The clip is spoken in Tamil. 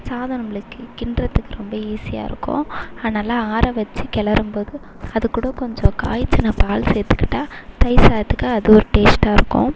சாதம் நம்மளுக்கு கிண்டுறதுக்கு ரொம்ப ஈஸியாக இருக்கும் அதை நல்லா ஆற வச்சு கிளறும்போது அது கூட கொஞ்சம் காய்ச்சின பால் சேர்த்துக்கிட்டா தயிர் சாதத்துக்கு அது ஒரு டேஸ்டாக இருக்கும்